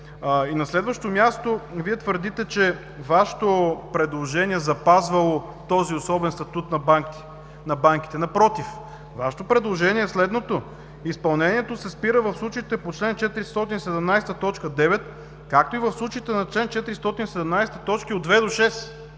На следващо място, Вие твърдите, че Вашето предложение запазвало този особен статут на банките. Напротив, Вашето предложение е следното: „Изпълнението се спира в случаите по чл. 417, т. 9, както и в случаите на чл. 417, точки